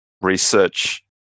research